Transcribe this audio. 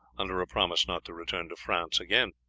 under a promise not to return to france again.